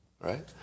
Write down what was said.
right